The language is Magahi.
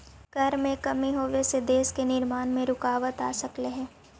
कर में कमी होबे से देश के निर्माण में रुकाबत आ सकलई हे